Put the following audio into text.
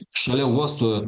šalia uostų